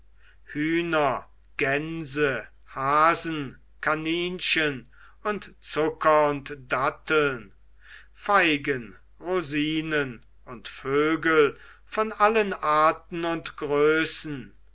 hühner gänse hasen kaninchen und zucker und datteln feigen rosinen und vögel von allen arten und größen